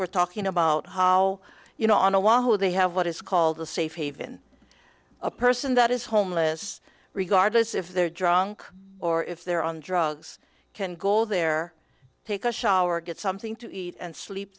were talking about how you know on a wahoo they have what is called the safe haven a person that is homeless regardless if they're drunk or if they're on drugs can go there take a shower get something to eat and sleep